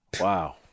Wow